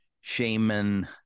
Shaman